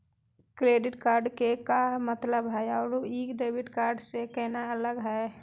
Credit card के का मतलब हई अरू ई डेबिट कार्ड स केना अलग हई?